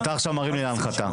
אתה מרים לי להנחתה.